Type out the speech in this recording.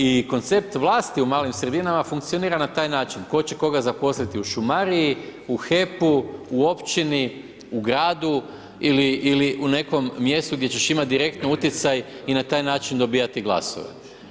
I koncept vlasti u malim sredinama, funkcionira na taj način, tko će koga zaposliti u šumariji, u HEP-u, u općini u gradu ili u nekom mjestu, gdje ćeš imati direktno utjecaj i na taj način dobivati glasove.